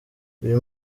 uyu